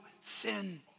sin